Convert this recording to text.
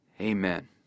Amen